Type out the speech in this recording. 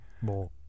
more